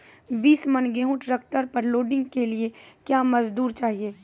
बीस मन गेहूँ ट्रैक्टर पर लोडिंग के लिए क्या मजदूर चाहिए?